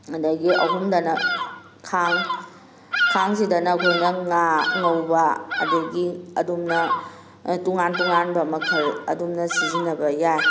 ꯑꯗꯨꯗꯒꯤ ꯑꯍꯨꯝꯗꯅ ꯈꯥꯡ ꯈꯥꯡꯁꯤꯗꯅ ꯑꯩꯈꯣꯏꯅ ꯉꯥ ꯉꯧꯕ ꯑꯗꯨꯗꯒꯤ ꯑꯗꯨꯝꯅ ꯇꯣꯉꯥꯟ ꯇꯣꯉꯥꯟꯕ ꯃꯈꯜ ꯑꯗꯨꯝꯅ ꯁꯤꯖꯤꯟꯅꯕ ꯌꯥꯏ